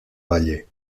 valle